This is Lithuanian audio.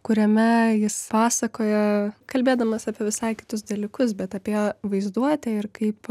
kuriame jis pasakoja kalbėdamas apie visai kitus dalykus bet apie vaizduotę ir kaip